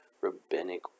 rabbinic